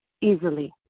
easily